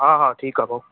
हा हा ठीकु आहे भाऊ